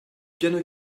piano